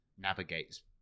navigates